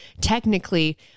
technically